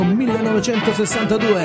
1962